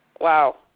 Wow